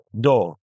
Door